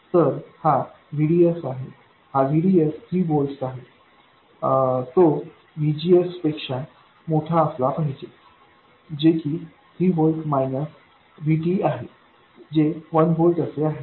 तर हा VDSआहे VDS 3 व्होल्ट्स आहे ते VGSपेक्षा मोठे असले पाहिजे जे की 3 व्होल्ट मायनस Vt आहे जे 1 व्होल्ट असे आहे